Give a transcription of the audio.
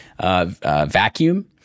vacuum